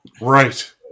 Right